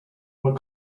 what